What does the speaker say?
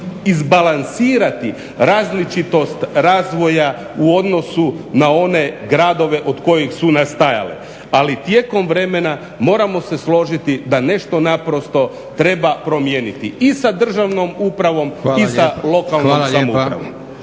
izbalansirati različitost razvoja u odnosu na one gradove od kojih su nastajale, ali tijekom vremena moramo se složiti da nešto treba promijeniti i sa državnom upravom i sa lokalnom samoupravom